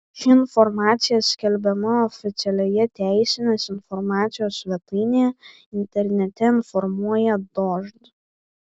ši informacija skelbiama oficialioje teisinės informacijos svetainėje internete informuoja dožd